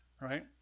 Right